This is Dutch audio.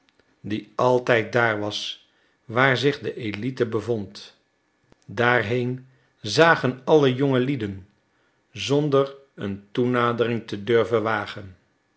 die altijd daar was waar zich de elite bevond daarheen zagen alle jongelieden zonder een toenadering te durven wagen